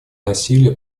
насилие